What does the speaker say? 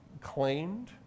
claimed